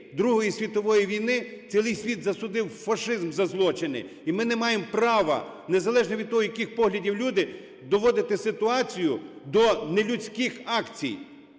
Другої світової війни цілий світ засудив фашизм за злочини. І ми не маємо права, незалежно від того, яких поглядів люди, доводити ситуацію до нелюдських акцій,